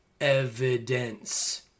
evidence